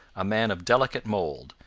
a man of delicate mould,